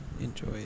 enjoy